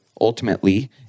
ultimately